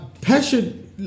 passion